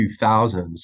2000s